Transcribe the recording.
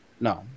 no